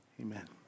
Amen